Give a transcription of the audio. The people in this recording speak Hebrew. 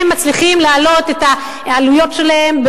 הם מצליחים להעלות את העלויות שלהם,